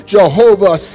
Jehovah